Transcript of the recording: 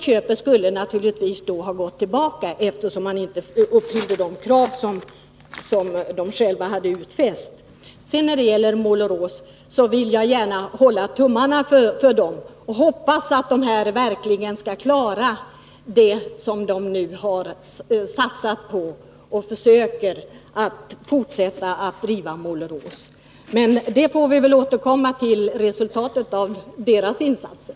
Köpet skulle naturligtvis ha gått tillbaka, eftersom Saint-Gobain inte uppfyllde de krav som företaget självt uppställt. För Målerås vill jag gärna hålla tummarna och hoppas verkligen att man skall kunna klara vad man nu satsat på och att man försöker fortsätta driften. Men vi får väl återkomma till resultatet av dessa insatser.